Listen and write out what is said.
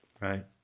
Right